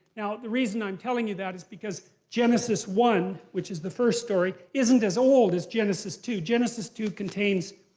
now, the reason i'm telling you that is because genesis one, which is the first story, isn't as old as genesis two. genesis two contains,